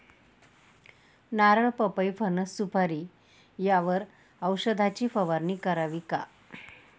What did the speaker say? नारळ, पपई, फणस, सुपारी यावर औषधाची फवारणी करावी का?